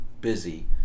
busy